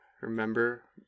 remember